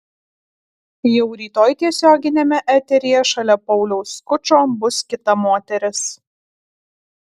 jau rytoj tiesioginiame eteryje šalia pauliaus skučo bus kita moteris